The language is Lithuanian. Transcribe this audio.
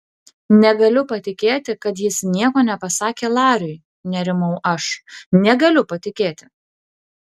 negaliu patikėti kad jis nieko nepasakė lariui nerimau aš negaliu patikėti